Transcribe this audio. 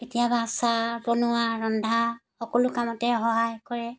কেতিয়াবা চাহ বনোৱা ৰন্ধা সকলো কামতে সহায় কৰে